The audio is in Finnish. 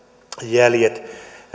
jäljet